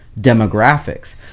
demographics